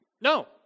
No